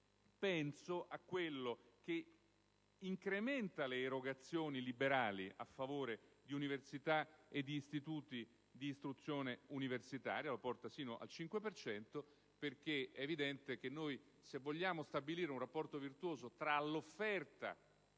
penso a quello che incrementa le erogazioni liberali a favore di università ed istituti di istruzione universitaria, portandolo sino al 5 per cento. È infatti evidente che se vogliamo stabilire un rapporto virtuoso tra l'offerta e la